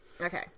Okay